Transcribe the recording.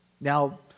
Now